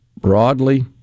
broadly